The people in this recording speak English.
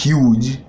Huge